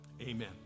Amen